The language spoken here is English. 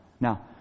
Now